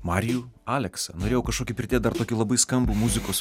marijų aleksą norėjau kažkokį pridėt dar tokį labai skambų muzikos